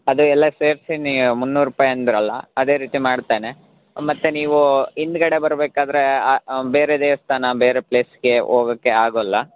ಅದೂ ಎಲ್ಲ ಸೇರಿಸಿ ನೀ ಮುನ್ನೂರು ರೂಪಾಯಿ ಅಂದ್ರಲ್ಲ ಅದೇ ರೀತಿ ಮಾಡ್ತೇನೆ ಮತ್ತು ನೀವು ಹಿಂದ್ಗಡೆ ಬರಬೇಕಾದ್ರೆ ಬೇರೆ ದೇವಸ್ಥಾನ ಬೇರೆ ಪ್ಲೇಸ್ಗೆ ಹೋಗೋಕ್ಕೆ ಆಗೋಲ್ಲ